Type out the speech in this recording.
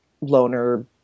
loner